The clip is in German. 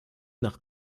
nach